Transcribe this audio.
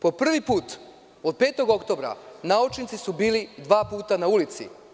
Po prvi put, od 5. oktobra, naučni su bili dva puta na ulici.